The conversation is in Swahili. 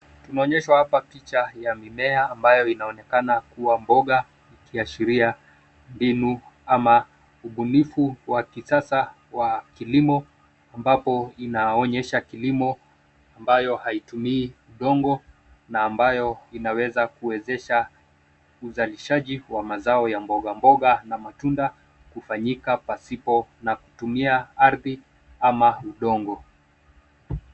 Tunaonyeshwa hapa picha ya mimea ambayo inaonekana kuwa mboga ikiashiria mbinu ama ubunifu wa kisasa wa kilimo ambapo inaonyesha kilimo ambayo hai tumii udongo na ambayo inaweza kuwezesha uzalishaji wa mazao ya mboga mboga na matunda kufanyika pasipo na kutumia ardhi ama udongo.